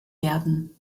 werden